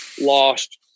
lost